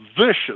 vicious